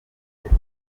mfite